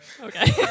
Okay